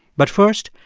but first,